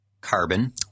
Carbon